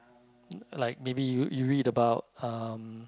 like maybe you you read about um